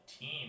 team